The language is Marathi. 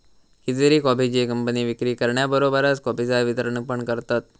कितीतरी कॉफीचे कंपने विक्री करण्याबरोबरच कॉफीचा वितरण पण करतत